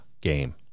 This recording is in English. game